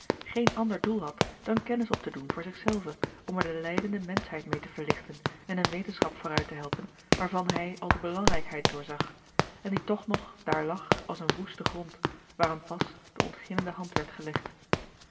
geen ander doel had dan kennis op te doen voor zich zelven om er de lijdende menschheid meê te verlichten en eene wetenschap vooruit te helpen waarvan hij al de belangrijkheid doorzag en die toch nog daar lag als een woeste grond waaraan pas de ontginnende hand werd gelegd